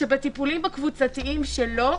שבטיפולים הקבוצתיים שלו,